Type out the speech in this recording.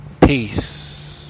Peace